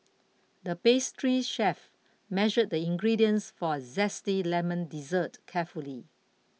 the pastry chef measured the ingredients for a Zesty Lemon Dessert carefully